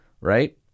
right